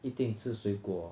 一定吃水果